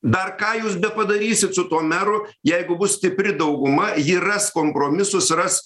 dar ką jūs bepadarysit su tuo meru jeigu bus stipri dauguma ji ras kompromisus ras